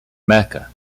mecca